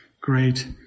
great